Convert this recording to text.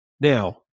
Now